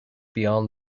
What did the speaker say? beyond